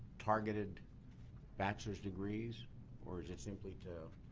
targeted bachelor's degrees or is it simply to